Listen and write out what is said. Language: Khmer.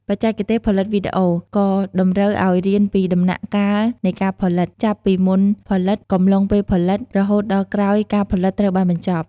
បច្ចេកទេសផលិតវីដេអូ ក៏តម្រូវឲ្យរៀនពីដំណាក់កាលនៃការផលិត ចាប់ពីមុនផលិត កំឡុងពេលផលិត រហូតដល់ក្រោយការផលិតត្រូវបានបញ្ចប់។